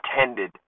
intended